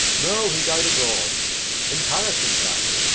no. he died abroad in paris, in fact.